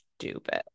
stupid